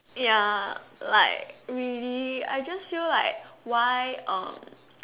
ya like maybe I just feel like why on